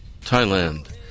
Thailand